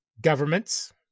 governments